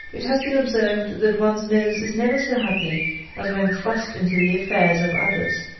it has been observed that one's nose is never so happy as when thrust into the affairs of others,